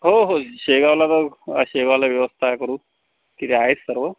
हो हो शेगावला तर शेगावला व्यवस्था करू तिथे आहे सर्व